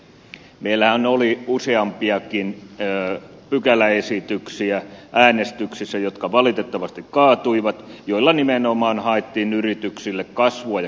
meillähän oli useampiakin pykäläesityksiä äänestyksessä jotka valitettavasti kaatuivat joilla nimenomaan haettiin yrityksille kasvua ja kilpailukykyä